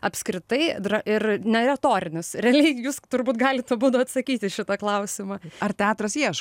apskritai dra ir neretorinis realiai jūs turbūt galit abudu atsakyti į šitą klausimą ar teatras ieško